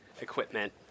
equipment